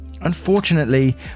Unfortunately